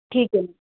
ਠੀਕ ਹੈ